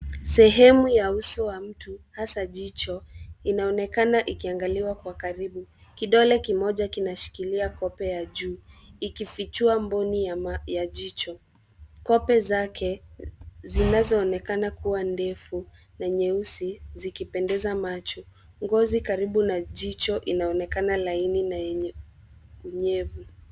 Sehemu ya uso wa mtu, haswa jicho inaonekana ikiangaliwa kwa karibu, kidole kimoja kinashikilia kope ya juu ikifichua mboni ya jicho. Kope zake zinazo onekana kuwa ndefu na nyeusi zikipendeza macho. Ngozi karibu na jicho inaonekana laini na yenye unyevu.